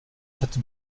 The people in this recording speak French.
cette